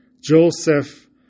Joseph